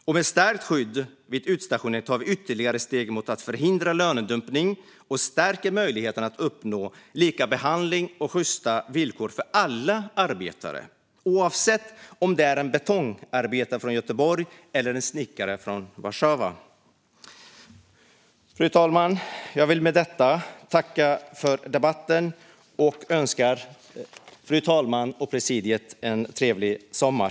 Med ett stärkt skydd vid utstationering tar vi ytterligare steg mot att förhindra lönedumpning och stärker möjligheten att uppnå likabehandling och sjysta villkor för alla arbetare, oavsett om det är en betongarbetare från Göteborg eller en snickare från Warszawa. Fru talman! Jag vill med detta tacka för debatten och önska fru talmannen och presidiet en trevlig sommar!